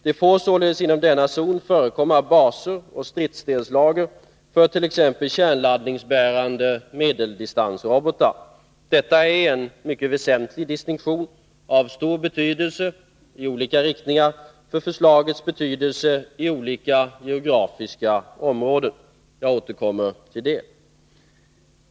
Det får således inom denna zon förekomma baser och stridsdelslager för t.ex. kärnladdningsbärande medeldistansrobotar. Detta är en mycket väsentlig distinktion av stor betydelse i olika riktningar för förslagets betydelse i olika geografiska områden. Jag återkommer till detta.